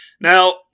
Now